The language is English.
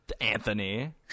Anthony